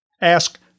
Ask